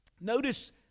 Notice